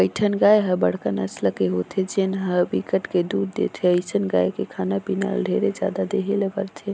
कइठन गाय ह बड़का नसल के होथे जेन ह बिकट के दूद देथे, अइसन गाय के खाना पीना ल ढेरे जादा देहे ले परथे